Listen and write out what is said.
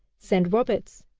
send roberts.